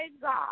God